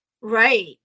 Right